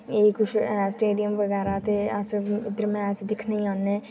एह् किश ऐ स्टोडियम बगैरा ते ऐसे उद्धर मैच दिक्खने गी आह्न्ने